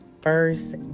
first